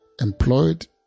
employed